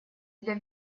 для